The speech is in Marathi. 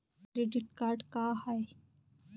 क्रेडिट कार्ड का हाय?